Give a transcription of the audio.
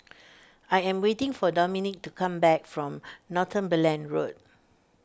I am waiting for Dominque to come back from Northumberland Road